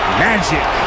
magic